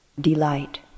delight